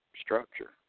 structure